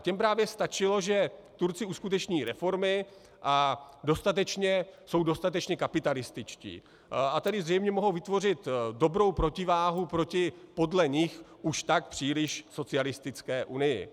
Těm právě stačilo, že Turci uskuteční reformy a jsou dostatečně kapitalističtí, a tedy zřejmě mohou vytvořit dobrou protiváhu proti podle nich už tak příliš socialistické Unii.